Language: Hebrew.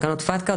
תקנות פתק"א,